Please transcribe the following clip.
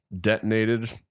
detonated